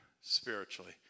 spiritually